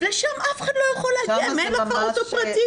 ולשם אף אחד לא יכול להגיע אם אין לו רכב פרטי.